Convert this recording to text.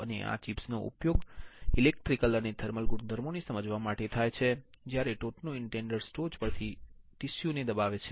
અને આ ચિપ્સ નો ઉપયોગ ઇલેક્ટ્રિકલ અને થર્મલ ગુણધર્મોને સમજવા માટે થાય છે જ્યારે ટોચના ઇન્ડેન્ટર્સ ટોચ પરથી ટીશ્યુ ને દબાવે છે